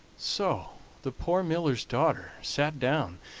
so the poor miller's daughter sat down,